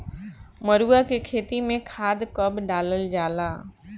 मरुआ के खेती में खाद कब डालल जाला?